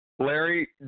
Larry